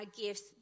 gifts